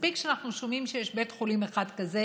מספיק שאנחנו שומעים שיש בית חולים אחד כזה.